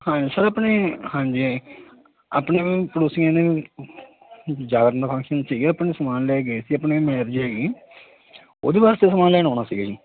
ਹਾਂਜੀ ਸਰ ਆਪਣੇ ਹਾਂਜੀ ਆਪਣੇ ਪੜੋਸੀਆਂ ਨੇ ਜਾਗਰਨ ਫੰਕਸ਼ਨ ਸੀਗੇ ਆਪਣੇ ਸਮਾਨ ਲੈ ਗਏ ਸੀ ਆਪਣੇ ਮੈਰਜ ਹੈਗੀ ਉਹਦੇ ਵਾਸਤੇ ਸਮਾਨ ਲੈਣ ਆਉਣਾ ਸੀਗਾ ਜੀ